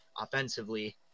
offensively